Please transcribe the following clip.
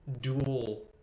dual